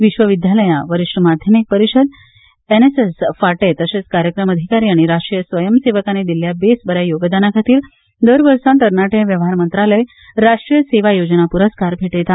विश्वविद्यालया वरीष्ट माध्यमिक परीषद एनएसएस फाटें तशेच कार्यक्रम अधिकारी आनी राष्ट्रीय स्वयंसेवकानी दिल्ल्या बेसबऱ्या योगदानाखातीर दर वर्सा तरनाटे वेव्हार मंत्रालय राष्ट्रीय सेवा योजना पूरस्कार भेटयता